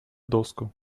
доску